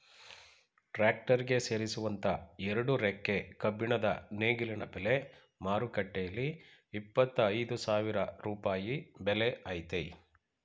tractor ಗೆ ಸೇರಿಸುವಂತ ಎರಡು ರೆಕ್ಕೆ ಕಬ್ಬಿಣದ ನೇಗಿಲಿನ ಬೆಲೆ ಮಾರುಕಟ್ಟೆಲಿ ಇಪ್ಪತ್ತ ಐದು ಸಾವಿರ ರೂಪಾಯಿ ಬೆಲೆ ಆಯ್ತೆ